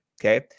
okay